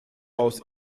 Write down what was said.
aus